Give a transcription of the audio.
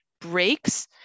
breaks